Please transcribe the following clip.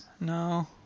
No